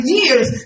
years